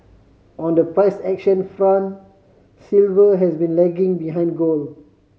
on the price action front silver has been lagging behind gold